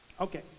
Okay